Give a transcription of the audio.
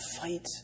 fight